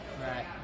right